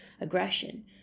aggression